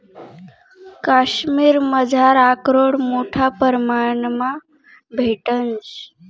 काश्मिरमझार आकरोड मोठा परमाणमा भेटंस